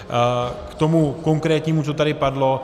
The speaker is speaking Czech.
K tomu konkrétnímu, co tady padlo.